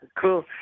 Cool